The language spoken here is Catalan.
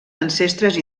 ancestres